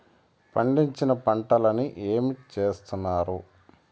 పండించిన పంటలని ఏమి చేస్తున్నారు?